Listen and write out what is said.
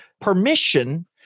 permission